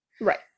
Right